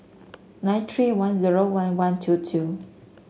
nine three one zero one one two two